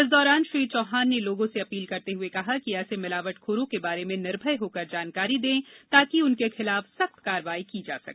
इस दौरान श्री चौहान ने लोगों से अपील करते हुए कहा कि ऐसे मिलावटखोरों के बारे में निर्भय होकर जानकारी दें ताकि उनके खिलाफ सख्त कार्रवाई की जा सके